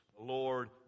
Lord